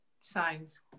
Signs